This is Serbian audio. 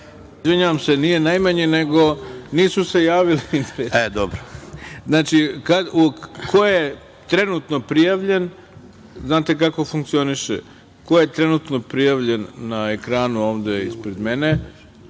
Izvinjavam se, nije najmanji, nego nisu se javili. Znači, ko je trenutno prijavljen, znate kako funkcioniše, ko je trenutno prijavljen na ekranu ovde ispred mene,